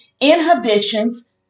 inhibitions